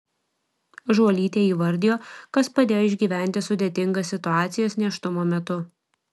žuolytė įvardijo kas padėjo išgyventi sudėtingas situacijas nėštumo metu